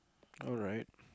alright